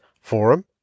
Forum